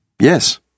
Yes